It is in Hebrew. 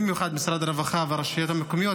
במיוחד משרד הרווחה והרשויות המקומיות,